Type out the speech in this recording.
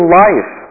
life